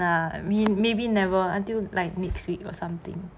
ya mean maybe never until like next week or something okay bye okay